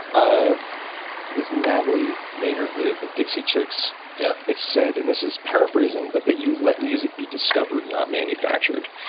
i think it's natalie maynard, the the dixie chicks, yeah has said, and this is paraphrasing, but that you let music be discovered, not manufactured.